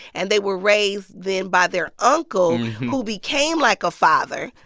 and they were raised then by their uncle, who became like a father,